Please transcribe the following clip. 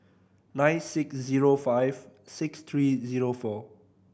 nine six zero five six three zero four